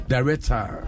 Director